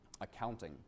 accounting